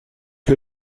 que